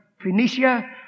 Phoenicia